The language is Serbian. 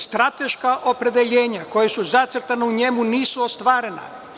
Strateška opredeljenja koja su zacrtana u njemu nisu ostvarena.